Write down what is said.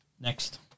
Next